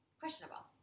questionable